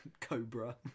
cobra